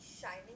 shining